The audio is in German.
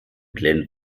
glenn